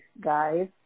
guys